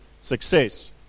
success